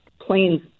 planes